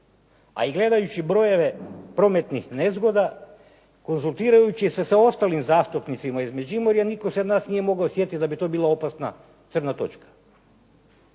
a i gledajući brojeve prometnih nezgoda, konzultirajući se sa ostalim zastupnicima iz Međimurja nitko se od nas nije mogao sjetiti da bi to bila opasna crna točka.